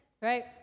Right